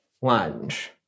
lunge